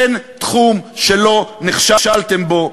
אין תחום שלא נכשלתם בו,